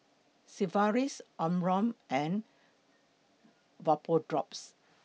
Sigvaris Omron and Vapodrops